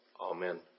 Amen